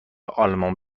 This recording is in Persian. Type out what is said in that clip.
آلمان